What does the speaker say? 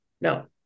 No